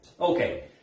Okay